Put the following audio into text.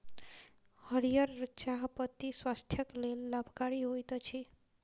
हरीयर चाह पत्ती स्वास्थ्यक लेल लाभकारी होइत अछि